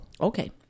okay